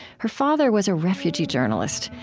her father was a refugee journalist,